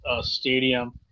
stadium